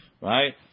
Right